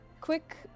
quick